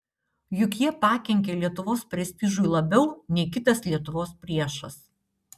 juk jie pakenkė lietuvos prestižui labiau nei kitas lietuvos priešas